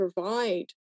provide